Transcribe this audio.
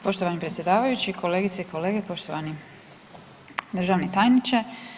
Poštovani predsjedavajući, kolegice i kolege, poštovani državni tajniče.